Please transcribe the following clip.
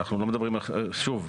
שוב,